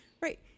Right